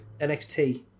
NXT